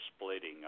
splitting